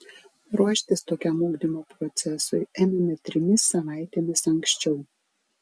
ruoštis tokiam ugdymo procesui ėmėme trimis savaitėmis anksčiau